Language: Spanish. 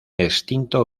extinto